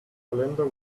calendar